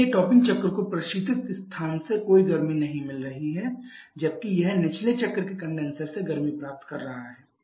इसलिए टॉपिंग चक्र को प्रशीतित स्थान से कोई गर्मी नहीं मिल रही है जबकि यह निचले चक्र के कंडेनसर से गर्मी प्राप्त कर रहा है